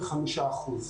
החינוך.